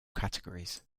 categories